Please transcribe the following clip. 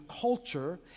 culture